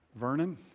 Vernon